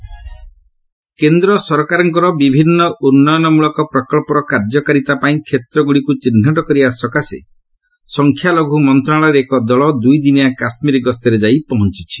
Naqvi J and K କେନ୍ଦ୍ର ସରକାରଙ୍କର ବିଭିନ୍ନ ଉନ୍ନୟନ ମୂଳକ ପ୍ରକଚ୍ଚର କାର୍ଯ୍ୟକାରିତା ପାଇଁ କ୍ଷେତ୍ରଗୁଡ଼ିକୁ ଚିହ୍ନଟ କରିବା ସକାଶେ ସଂଖ୍ୟାଲଘୁ ମନ୍ତ୍ରଣାଳୟର ଏକ ଦଳ ଦୁଇଦିନିଆ କାଶ୍ମୀର ଗସ୍ତରେ ଯାଇ ପହଞ୍ଚୁଛନ୍ତି